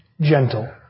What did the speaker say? gentle